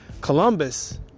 Columbus